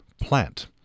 plant